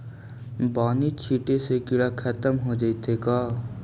बानि छिटे से किड़ा खत्म हो जितै का?